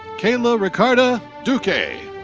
keyla ricarda duque.